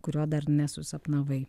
kurio dar nesusapnavai